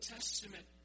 Testament